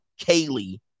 Kaylee